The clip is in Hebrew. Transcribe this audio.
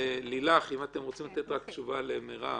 לילך, אם אתם רוצים לתת תשובה למירב.